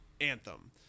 Anthem